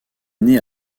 née